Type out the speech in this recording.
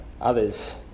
others